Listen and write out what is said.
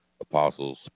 apostles